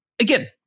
again